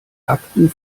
akten